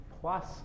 plus